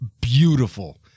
beautiful